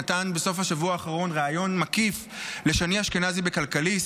נתן בסוף השבוע האחרון ריאיון מקיף לשני אשכנזי בכלכליסט.